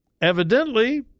Evidently